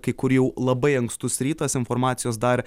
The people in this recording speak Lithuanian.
kai kur jau labai ankstus rytas informacijos dar